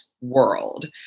world